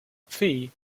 phi